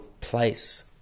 place